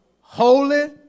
Holy